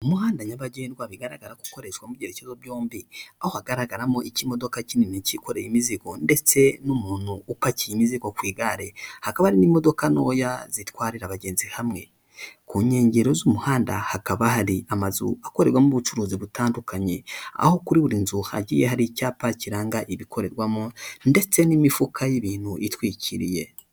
Umuhanda nyabagendwa bigaragara ko ukoreshwamo mu byerekezo byombi aho hagaragaramo ikimodoka kinini kikoreye imizigo ndetse n'umuntu upakiye imizigo ku igare; hakaba hari n'imodoka ntoya zitwarira abagenzi hamwe; ku nkengero z'umuhanda hakaba hari amazu akorerwamo ubucuruzi butandukanye aho kuri buri nzu hagiye hari icyapa kiranga ibikorerwamo ndetse n'imifuka y'ibintu itwikiriye.